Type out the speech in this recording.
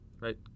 right